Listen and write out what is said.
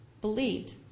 believed